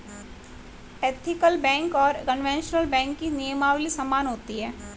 ethical bank और conventional bank की नियमावली समान होती है